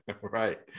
Right